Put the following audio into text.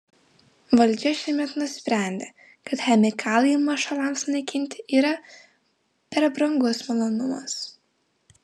valdžia šiemet nusprendė kad chemikalai mašalams naikinti yra per brangus malonumas